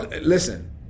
Listen